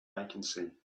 vacancy